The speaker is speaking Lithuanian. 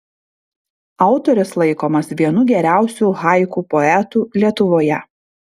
autorius laikomas vienu geriausiu haiku poetų lietuvoje